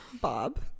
Bob